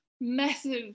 massive